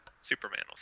Superman